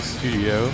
Studio